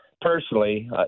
personally